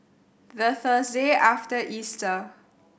the Thursday after Easter